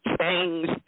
change